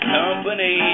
company